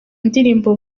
ndirimbo